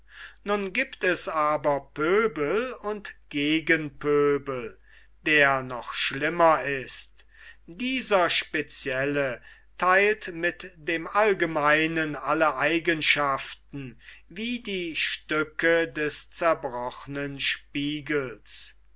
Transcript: nun giebt es aber pöbel und gegen pöbel der noch schlimmer ist dieser specielle theilt mit dem allgemeinen alle eigenschaften wie die stücke des zerbrochenen spiegels